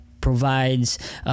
provides